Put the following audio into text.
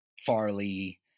farley